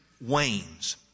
wanes